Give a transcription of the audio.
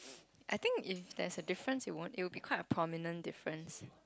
I think if there's a difference it won't it will be quite a prominent difference